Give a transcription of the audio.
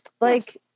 like-